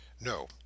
No